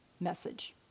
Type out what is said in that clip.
message